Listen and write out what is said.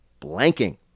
blanking